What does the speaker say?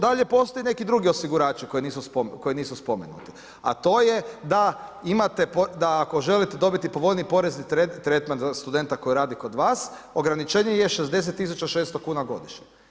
Dalje, postoje neki drugi osigurači koji nisu spomenuti, a to je da ako želite dobiti povoljniji porezni tretman za studenta koji radi kod vas ograničenje je 60.600 kuna godišnje.